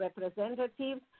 representatives